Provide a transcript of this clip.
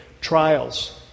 Trials